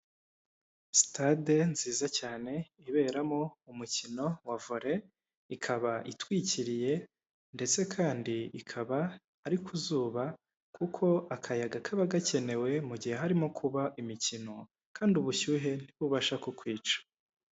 Sitade nziza cyane iberamo umukino wa vore, ikaba itwikiriye ndetse kandi ikaba ari ku zuba kuko akayaga kaba gakenewe mu gihe harimo kuba imikino kandi ubushyuhe ntibubasha kukwica.